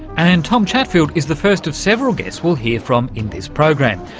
and tom chatfield is the first of several guests we'll hear from in this program,